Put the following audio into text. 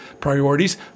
priorities